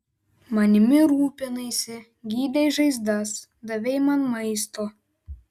manimi rūpinaisi gydei žaizdas davei man maisto